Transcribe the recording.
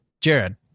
Jared